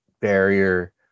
barrier